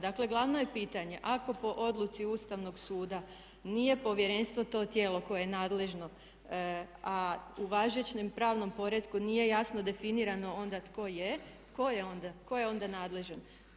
Dakle, glavno je pitanje ako po odluci Ustavnog suda nije povjerenstvo to tijelo koje je nadležno a u važećem pravnom poretku nije jasno definirano onda tko je, tko je onda nadležan?